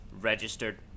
registered